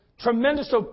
tremendous